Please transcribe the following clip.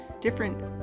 different